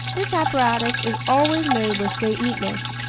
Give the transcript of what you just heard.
this apparatus is always made with great neatness.